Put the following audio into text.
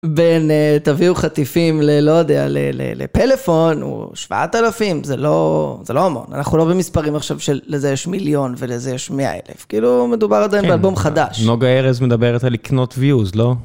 בין תביאו חטיפים ללא יודע, לפלאפון, שבעת אלפים, זה לא המון. אנחנו לא במספרים עכשיו של לזה יש מיליון ולזה יש מאה אלף. כאילו מדובר עדיין באלבום חדש. נוגה ארז מדברת על לקנות views, לא?